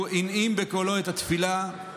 הוא הנעים בקולו את התפילה,